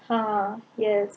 uh yes